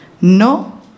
no